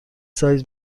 سایز